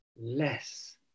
less